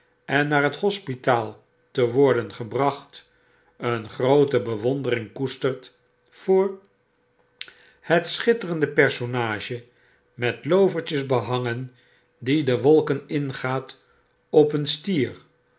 en naar het hospitaal te worden gebracht een groote bewondering koestert voor het schitterende personage met loovertjes behangen die de wolken ingaat op een stier